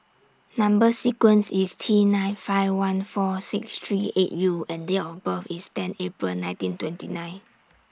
Number sequence IS T nine five one four six three eight U and Date of birth IS ten April nineteen twenty nine